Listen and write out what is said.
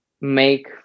make